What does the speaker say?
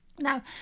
Now